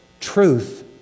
truth